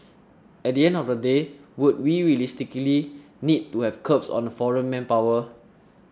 at the end of the day would we realistically need to have curbs on the foreign manpower